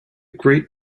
great